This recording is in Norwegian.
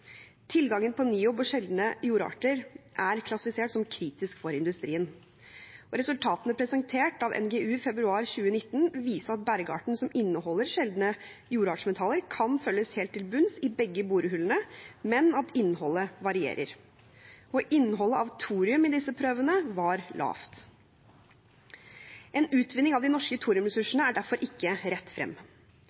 klassifisert som kritisk for industrien. Resultatene presentert av NGU, Norges geologiske undersøkelse, i februar 2019 viste at bergarten som inneholder sjeldne jordartsmetaller, kan følges helt til bunns i begge borehullene, men at innholdet varierer. Innholdet av thorium i disse prøvene var lavt. En utvinning av de norske thoriumressursene er derfor ikke rett frem.